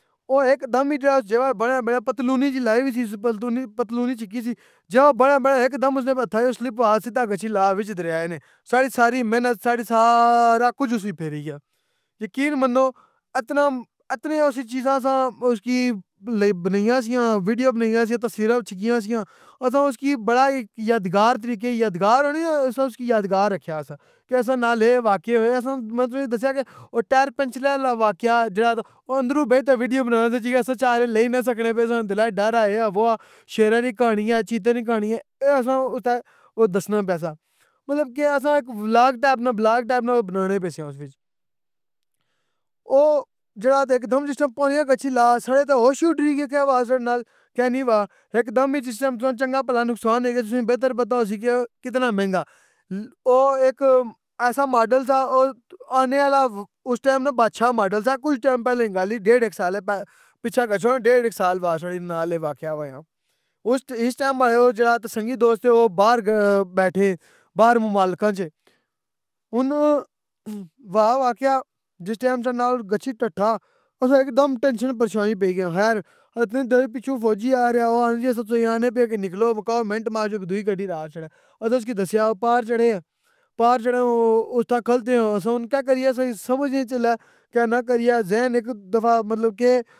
او اک دم ای جیڑا اے اُس میرا پتلونی جی لائی وی سی اُس پتلونی چھکی سی جیڑا بانا میں اک دم اُسنے ہتھاں چوں سلپ ہویا سدّا گچھی لایا وِچ دریائے نے، ساڈی ساری محنت ساڈی سارا کچھ اُسنے پھیری گیا۔ یقین منو اتنا اتنی اسی چیزاں اساں اُسکی بنائیاں سیاں ویڈیو بنائیاں سیاں تصویراں چھکیاں سیاں، اساں اُسکی بڑا ای یادگار طریقے یادگار ہونے نہ اسی اُسکی یادگار رکھیا سہ، کہ اساں نال اے واقعے ہوئے اساں میں تُساں کی دسیا کہ او ٹائر پنکچرے آلا واقعہ جیڑا تہ او اندروں بئی تہ ویڈیو بنان اساں چارے لئی نا سکنے پے ساں دلاں اچ ڈر آ اے آ وہ آ، شیراں نی کہانی آ چیتے نی کہانی اے، اے اساں اُتھے او دسنا پیسا۔ مطلب کہ اساں اک ولوگ ٹیپ نا بلاگ ٹیپ نا بنانے پے سیاں اس وِچ۔ او جیڑا تہ اک دم جِس ٹیم پوڑیاں گچھی لے آیا ساڈے تہ ہوش اُڈری گئے تھے حواس نال۔ کہنی واہ، ہک دم ای جِس ٹیم تُساں نو چنگا بھلا نقصان ہوئی گیا تُساں کی بہتر پتہ ہوسی کہ کتنا مہنگا۔ او اک ایسا ماڈل سہ او آنے آلا اُس ٹیم بادشاہ ماڈل سہ کچھ ٹیم پہلے نی گل ای ڈیڑھ اک سالے پچھاں گچھو ڈیڑھ اِک سال نال اے واقعہ ہویا۔ اُس اِس ٹیم ماڑا او جیڑا سنگی دوست اے او باہر بیٹھے، باہر مالکاں اچ۔ ہن وہ واقعہ جِس اساں نال ٹیم گچھی ڈٹھا، اسی اک دم ٹینشن پریشانی پیئ گیاں خیر اِتنی دیر اچ پچھوں فوجی آ ریا او آخنا جی اساں تُساں کی آخنے پے آں کہ نکلو مکاؤ منٹ مارو تہ دوی گڈی نہ اخ چھوڑیا، اساں اُسکی دسیا او پار چڑی آ، پار چڑے او اتھاں کھلتے آں اساں ہن کہ کریے اساں کی سمجھ ہی نی جلے کیا نہ کریے ذہن اک دفعہ مطلب کے